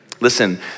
Listen